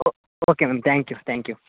O okay ma'am thank you thank you